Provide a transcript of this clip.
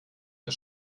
ihr